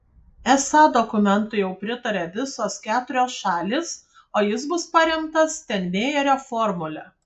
esą dokumentui jau pritarė visos keturios šalys o jis bus paremtas steinmeierio formule